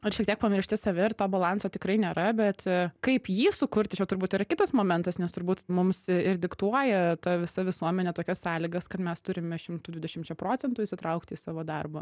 kad šiek tiek pamiršti save ir to balanso tikrai nėra bet kaip jį sukurti čia turbūt yra kitas momentas nes turbūt mums ir diktuoja ta visa visuomenė tokias sąlygas kad mes turime šimtu dvidešimčia procentų įsitraukti į savo darbą